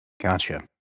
Gotcha